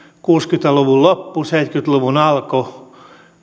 kuusikymmentä luvun loppu seitsemänkymmentä luvun alku